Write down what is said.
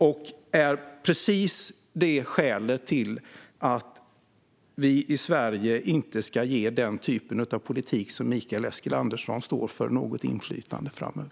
Det är skälet till att vi i Sverige inte ska ge den typ av politik som Mikael Eskilandersson står för något inflytande framöver.